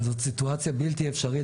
זו סיטואציה בלתי אפשרית,